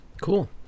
Cool